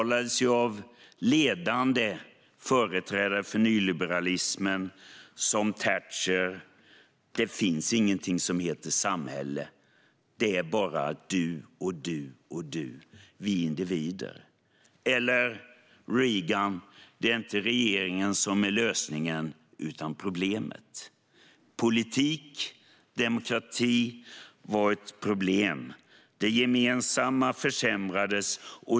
Ledande företrädare för nyliberalismen, såsom Thatcher, uttalade: Det finns inget som heter samhälle. Det är bara du, du och du. Vi är individer. Reagan sa: Det är inte regeringen som är lösningen utan problemet. Politik och demokrati var ett problem. Det gemensamma försämrades.